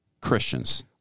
Christians